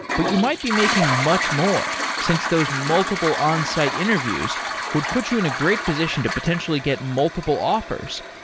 but you might be making much more since those multiple onsite interviews would put you in a great position to potentially get multiple offers,